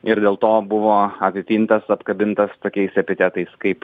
ir dėl to buvo apipintas atkabintas tokiais epitetais kaip